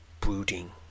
brooding